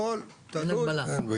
אין הגבלה.